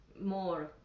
more